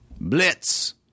Blitz